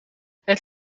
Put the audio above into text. het